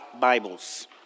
Bibles